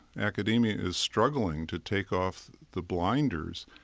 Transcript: academia is struggling to take off the blinders.